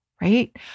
right